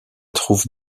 trouve